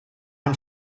i’m